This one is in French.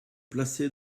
placés